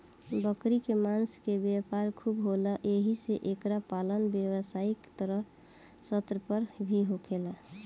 बकरी के मांस के व्यापार खूब होला एही से एकर पालन व्यवसायिक स्तर पर भी होखेला